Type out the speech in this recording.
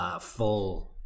full